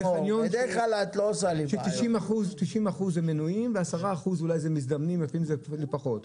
90 אחוז הם מנויים ו-10 אחוז אולי זה מזדמנים לפעמים זה פחות,